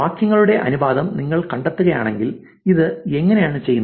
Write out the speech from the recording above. വാക്യങ്ങളുടെ അനുപാതം നിങ്ങൾ കണ്ടെത്തുകയാണെങ്കിൽ ഇത് എങ്ങനെയാണ് ചെയ്യുന്നത്